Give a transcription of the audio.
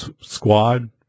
Squad